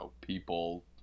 people